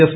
S